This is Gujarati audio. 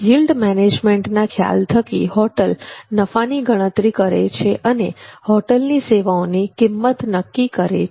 યીલ્ડ મેનેજમેન્ટના ખ્યાલ થકી હોટેલ નફાની ગણતરી કરે છે અને હોટેલ ની સેવાઓની કિંમત નક્કી કરે છે